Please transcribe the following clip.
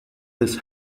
this